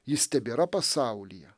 jis tebėra pasaulyje